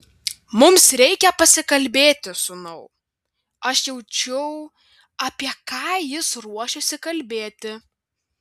mums reikia pasikalbėti sūnau aš jaučiau apie ką jis ruošiasi kalbėti